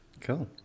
Cool